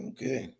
Okay